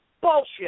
Bullshit